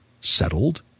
Settled